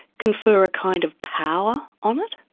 confer a kind of power on it?